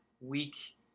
week